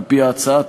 על-פי ההצעה,